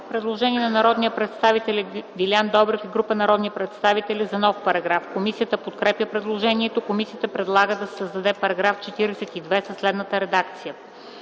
Предложение на народния представител Делян Добрев и група народни представители за нов параграф. Комисията подкрепя предложението. Комисията предлага да се създаде нов § 12 със следната редакция: